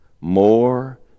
more